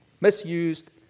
misused